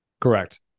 Correct